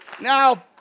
Now